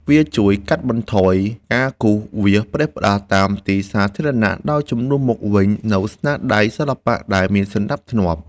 វាជួយកាត់បន្ថយការគូរវាសផ្ដេសផ្ដាស់តាមទីសាធារណៈ ដោយជំនួសមកវិញនូវស្នាដៃសិល្បៈដែលមានសណ្ដាប់ធ្នាប់។